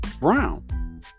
brown